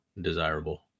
desirable